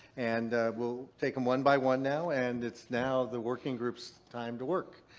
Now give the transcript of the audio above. and we'll take them one by one now and it's now the working group's time to work,